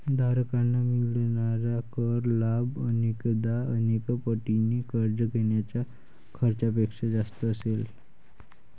धारकांना मिळणारा कर लाभ अनेकदा अनेक पटीने कर्ज घेण्याच्या खर्चापेक्षा जास्त असेल